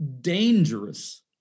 dangerous